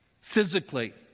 physically